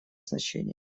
значение